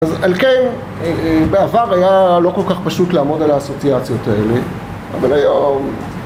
אז על כן, בעבר היה לא כל כך פשוט לעמוד על האסוציאציות האלה אבל היום...